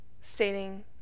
stating